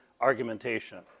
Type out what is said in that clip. argumentation